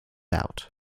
out